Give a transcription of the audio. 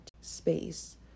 space